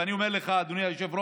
ואני אומר לך, אדוני היושב-ראש,